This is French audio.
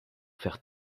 faire